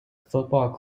football